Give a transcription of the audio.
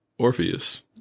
Orpheus